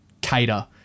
cater